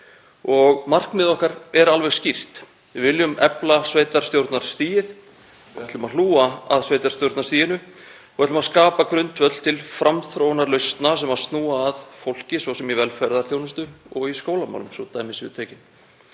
og markmið okkar er alveg skýrt: Við viljum efla sveitarstjórnarstigið, við ætlum að hlúa að sveitarstjórnarstiginu og við ætlum að skapa grundvöll til framþróunar lausna sem snúa að fólki, svo sem í velferðarþjónustu og í skólamálum, svo dæmi séu tekin.